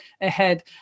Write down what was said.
ahead